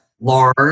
large